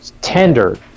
tender